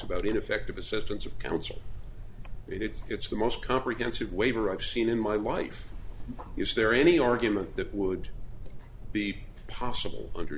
about ineffective assistance of counsel it's it's the most comprehensive waiver i've seen in my life is there any argument that would be possible under